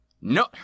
No